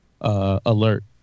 Alert